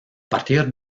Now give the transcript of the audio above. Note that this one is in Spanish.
partir